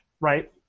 right